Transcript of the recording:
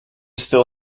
still